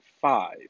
five